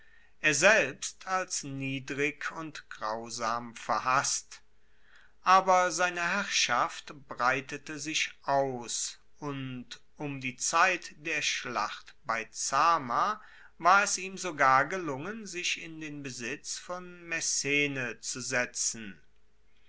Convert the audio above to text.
er selbst als niedrig und grausam verhasst aber seine herrschaft breitete sich aus und um die zeit der schlacht bei zama war es ihm sogar gelungen sich in den besitz von messene zu setzen